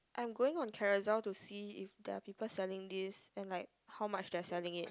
I'm going on Carousell to see if there are people selling this and like how much they are selling it